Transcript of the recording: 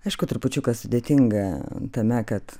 aišku trupučiuką sudėtinga tame kad